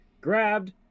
grabbed